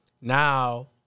Now